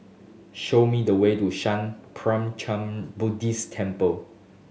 show me the way to Sattha Puchaniyaram Buddhist Temple